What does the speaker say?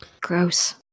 Gross